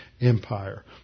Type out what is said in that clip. Empire